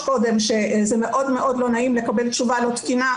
שזה מאוד לא נעים לקבל תשובה לא תקינה,